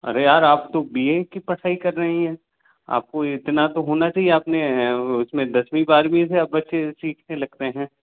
अरे यार आप तो बी ए की पढ़ाई कर रही हैं आपको इतना तो होना चाहिए आपने उसमें दसवीं बारहवीं है आप बच्चे जैसे सीखने लगते हैं